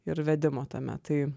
ir vedimo tame tai